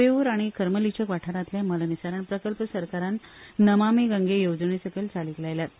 बेऊर आनी कर्मलिचक वाठारांतले मलनिसारण प्रकल्प सरकारान नमामी गंगे येवजणेसकयल चालीक लायल्यात